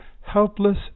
helpless